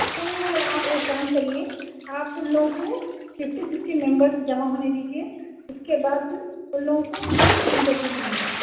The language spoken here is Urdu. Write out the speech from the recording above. تو آپ ایک کام کریئے آپ اُن لوگوں کو ففٹی سکسٹی ممبر جمع ہونے دیجئے اُس کے بعد اُن لوگوں کو ہم انٹرویو لیں گے